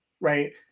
Right